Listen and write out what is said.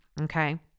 okay